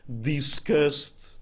discussed